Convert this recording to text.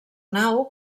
nau